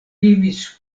vivis